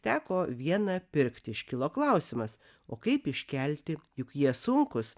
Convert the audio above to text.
teko vieną pirkt iškilo klausimas o kaip iškelti juk jie sunkūs